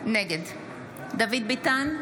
נגד דוד ביטן,